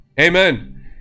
Amen